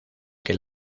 que